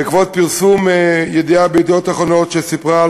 בעקבות פרסום ידיעה ב"ידיעות אחרונות" שסיפרה על